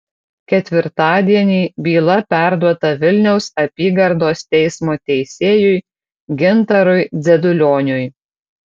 ketvirtadienį byla perduota vilniaus apygardos teismo teisėjui gintarui dzedulioniui